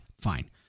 Fine